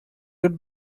would